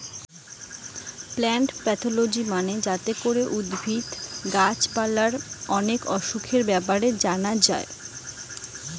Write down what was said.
plant pathology মানে যাতে করে উদ্ভিদ, গাছ পালার ম্যালা অসুখের ব্যাপারে জানা যায়টে